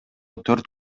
төрт